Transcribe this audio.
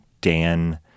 Dan